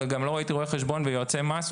אבל לא ראיתי רואי חשבון ויועצי מס,